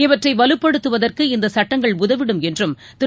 இவற்றை வலுப்படுத்துவதற்கு இந்த சட்டங்கள் உதவிடும் என்றும் திரு